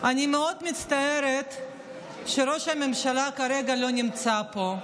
אני מאוד מצטערת שראש הממשלה כרגע לא נמצא פה.